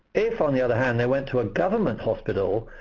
if on the other hand, they went to a government hospital,